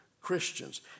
Christians